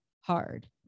hard